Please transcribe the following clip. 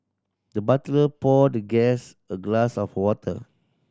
the butler poured the guest a glass of water